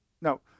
Now